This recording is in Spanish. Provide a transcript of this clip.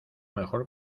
mejor